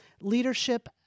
leadership